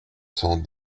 cent